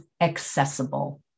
accessible